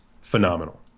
phenomenal